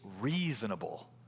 reasonable